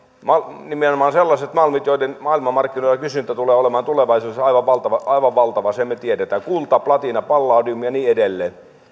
nimenomaan sellaiset malmit joille maailmanmarkkinoilla kysyntä tulee olemaan tulevaisuudessa aivan valtava aivan valtava sen me tiedämme kulta platina palladium ja niin edelleen